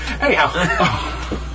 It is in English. Anyhow